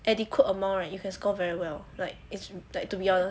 adequate amount right you can score very well like is like to be honest